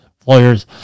Employers